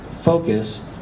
focus